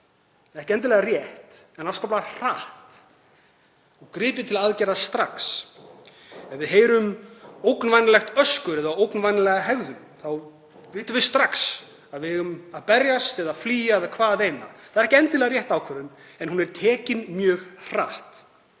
hratt, ekki endilega rétt, en afskaplega hratt og gripið til aðgerða strax. Ef við heyrum ógnvænlegt öskur eða sjáum ógnvænlega hegðun þá vitum við strax að við eigum að berjast eða flýja eða hvaðeina. Það er ekki endilega rétt ákvörðun en hún er tekin mjög hratt.